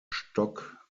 stock